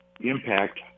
impact